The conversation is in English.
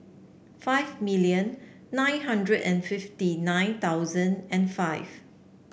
five million nine hundred and fifty nine thousand and five